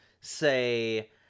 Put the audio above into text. say